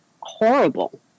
horrible